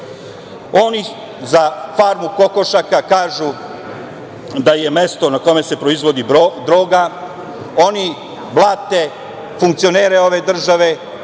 Oni za farmu kokošaka kažu da je mesto na kome se proizvodi droga. Oni blate funkcionere ove države,